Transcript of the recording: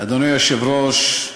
אדוני היושב-ראש,